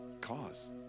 cause